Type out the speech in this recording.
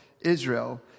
Israel